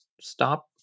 stop